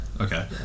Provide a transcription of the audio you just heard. Okay